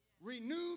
renewed